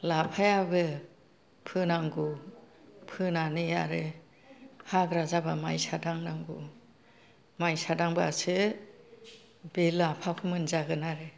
लाफाआबो फोनांगौ फोनानै आरो हाग्रा जाबा मायसा दांनांगौ मायसा दांबासो बे लाफाखौ मोनजागोन आरो